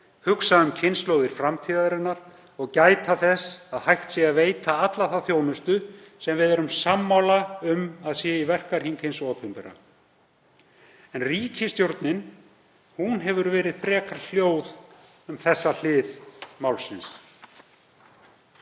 hugsa um kynslóðir framtíðarinnar og gæta þess að hægt sé að veita alla þá þjónustu sem við erum sammála um að sé í verkahring hins opinbera. En ríkisstjórnin hefur verið frekar hljóð um þessa hlið málsins.